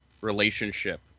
relationship